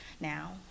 now